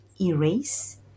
erase